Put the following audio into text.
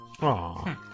Aww